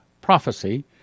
prophecy